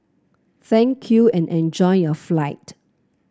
thank you and enjoy your flight